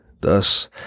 Thus